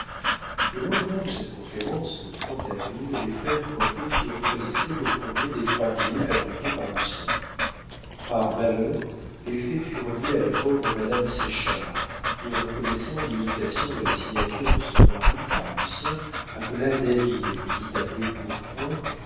le lendemain de cette conférence le avril les frères cointet firent présenter le premier des trois billets fabriqués par lucien par malheur l'effet fut remis à la pauvre madame séchard qui en reconnaissant l'imitation de la signature de son mari par lucien appela david et lui dit à brûle-pourpoint